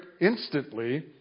instantly